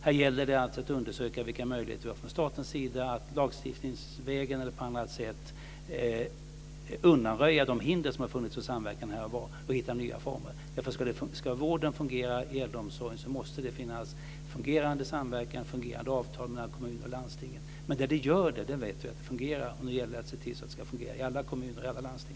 Här gäller det att undersöka vilka möjligheter vi har från statens sida att lagstiftningsvägen eller på annat sätt undanröja de hinder som har funnits för samverkan här och var och hitta nya former. Ska vården fungera i äldreomsorgen måste det finnas en fungerande samverkan och ett fungerande avtal mellan kommuner och landsting. Där det gör det vet jag att det fungerar. Nu gäller det att se till att det ska fungera i alla kommuner och landsting.